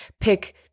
pick